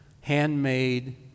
handmade